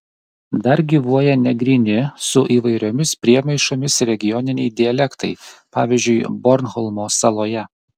dar gyvuoja negryni su įvairiomis priemaišomis regioniniai dialektai pavyzdžiui bornholmo saloje